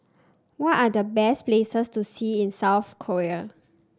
what are the best places to see in South Korea